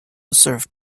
served